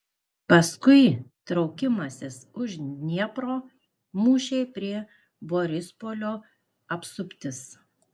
paskui traukimasis už dniepro mūšiai prie borispolio apsuptis